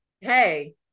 Hey